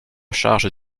charges